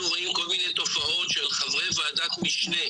ראינו כל מיני תופעות של חברי ועדת משנה,